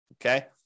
Okay